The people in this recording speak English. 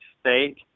state